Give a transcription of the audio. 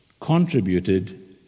contributed